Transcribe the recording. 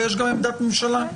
ויש גם עמדת ממשלה.